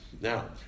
Now